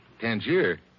Tangier